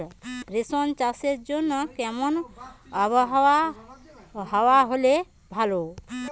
রেশম চাষের জন্য কেমন আবহাওয়া হাওয়া হলে ভালো?